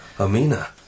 Amina